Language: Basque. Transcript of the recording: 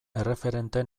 erreferente